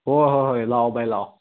ꯍꯣꯍꯣꯍꯣꯏ ꯂꯥꯛꯑꯣ ꯚꯥꯏ ꯂꯥꯛꯑꯣ